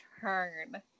turn